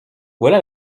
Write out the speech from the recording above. voilà